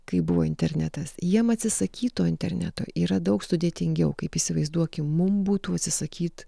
kai buvo internetas jiem atsisakyt to interneto yra daug sudėtingiau kaip įsivaizduokim mum būtų atsisakyt